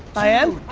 i am.